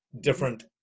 different